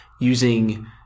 using